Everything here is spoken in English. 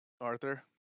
Arthur